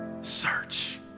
Search